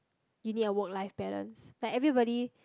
you need a work life balance like everybody